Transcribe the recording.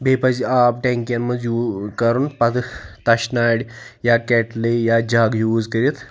بیٚیہِ پَزِ آب ٹیٚنٛکِیَن منٛز یوٗز کَرُن پَتہٕ طَش نارِ یا کیٚٹٕلہِ یا جَگ یوٗز کٔرِتھ